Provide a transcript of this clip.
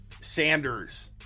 Sanders